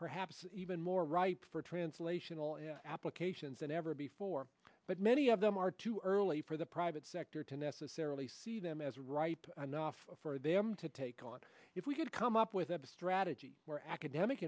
perhaps even more ripe for translational applications than ever before but many of them are too early for the private sector to necessarily see them as ripe enough for them to take on if we could come up with a strategy where academic